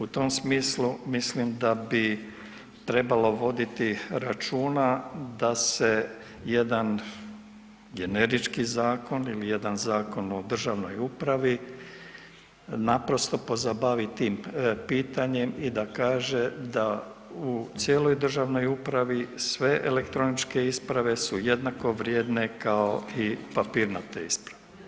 U tom smislu mislim da bi trebalo voditi računa da se jedan generički zakon ili jedan zakon u državnoj upravi naprosto pozabavi tim pitanjem i da kaže da u cijeloj državnoj upravi sve elektroničke isprave su jednako vrijedne kao i papirnate isprave.